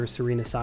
Serena